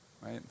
right